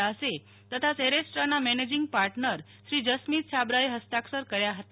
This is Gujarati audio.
દાસે તથા સેરેસ્ટ્રાના મેનેજિંગ પાર્ટનર શ્રી જશમીત છાબરાએ હસ્તાક્ષર કર્યા હતા